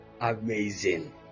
Amazing